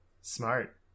smart